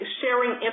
sharing